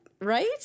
Right